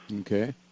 Okay